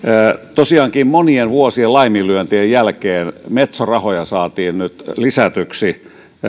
tosiaankin monien vuosien laiminlyöntien jälkeen metso rahoja saatiin nyt lisätyksi